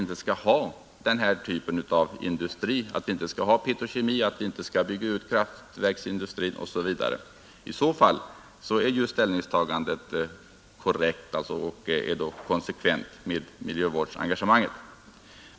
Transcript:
Skall vi inte ha någon petrokemisk industri i landet, skall vi inte bygga ut kraftverksindustrin? I så fall är ställningstagandet korrekt och konsekvent med miljövårdsengagemanget.